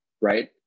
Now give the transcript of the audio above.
right